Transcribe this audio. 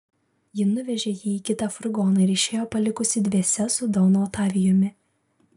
ji nuvežė jį į kitą furgoną ir išėjo palikusi dviese su donu otavijumi